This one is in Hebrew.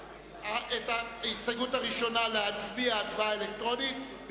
ההסתייגות הראשונה להצביע הצבעה אלקטרונית,